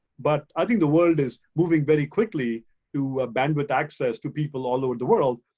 but i think the world is moving very quickly to bandwidth access to people all over the world.